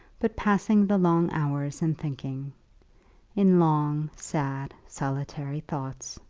but passing the long hours in thinking in long, sad, solitary thoughts.